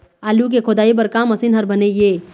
आलू के खोदाई बर का मशीन हर बने ये?